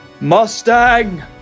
Mustang